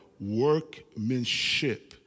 Workmanship